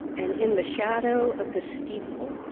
and in the shadow of the steeple,